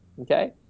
okay